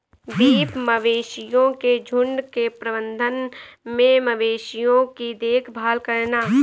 beef मवेशियों के झुंड के प्रबंधन में मवेशियों की देखभाल करना